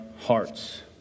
hearts